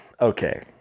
okay